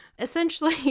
Essentially